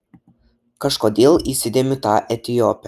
kažkodėl įsidėmiu tą etiopę